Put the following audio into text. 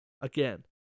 Again